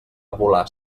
volar